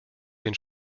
den